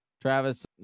Travis